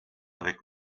avec